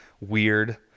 weird